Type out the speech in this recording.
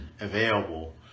available